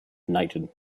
knighton